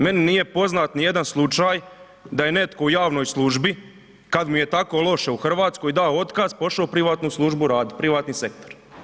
Meni nije poznat nijedan slučaj da je netko u javnoj službi, kad mu tako loše u Hrvatskoj, dao otkaz i otišao u privatnu službu raditi, privatni sektor.